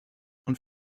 und